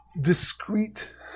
discrete